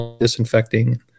disinfecting